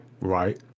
right